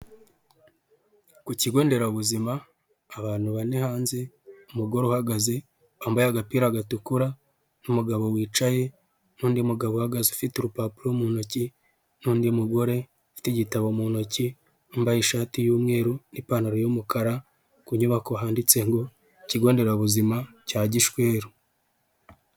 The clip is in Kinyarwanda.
Ku kigo nderabuzima abantu bane hanze, umugore uhagaze wambaye agapira gatukura n'umugabo wicaye n'undi mugabo uhagaze ufite urupapuro mu ntoki n'undi mugore ufite igitabo mu ntoki wambaye ishati y'umweru n'ipantaro y'umukara ku nyubako handitse ngo ikigo nderabuzima cya gishweru.